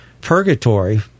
purgatory